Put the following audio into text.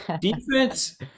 Defense